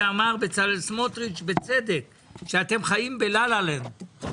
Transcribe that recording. ואמר בצלאל סמוטריץ', בצדק, שאתם חיים בלה-לה לנד.